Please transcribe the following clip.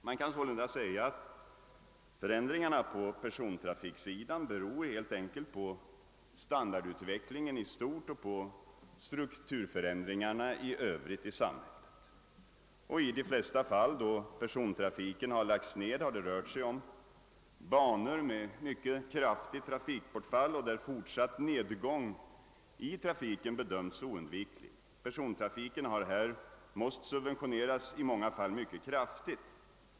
Man kan sålunda säga att förändringarna på persontrafiksidan helt enkelt beror på standardutvecklingen i stort och på övriga strukturförändringar i samhället. I de flesta fall då persontrafik lagts ned har det rört sig om banor, där trafikbortfallet varit kraftigt och en fortsatt nedgång i trafiken bedömts som oundviklig. Persontrafiken har i dessa områden måst subventioneras, i många fall i mycket hög grad.